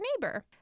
neighbor